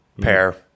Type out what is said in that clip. pair